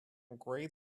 grade